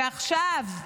ועכשיו,